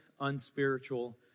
unspiritual